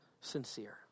sincere